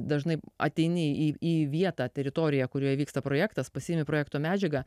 dažnai ateini į vietą teritoriją kurioje vyksta projektas pasiimi projekto medžiagą